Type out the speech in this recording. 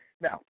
Now